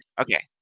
okay